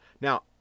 Now